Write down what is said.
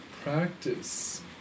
practice